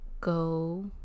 go